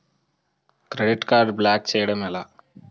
Credit card block చేయడం ఎలా?